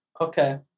Okay